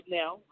now